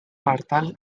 partal